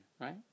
right